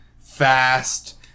fast